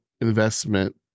investment